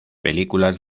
películas